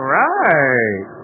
right